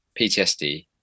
PTSD